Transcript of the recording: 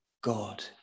God